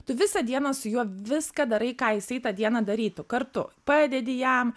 tu visą dieną su juo viską darai ką jisai tą dieną darytų kartu padedi jam